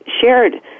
shared